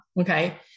Okay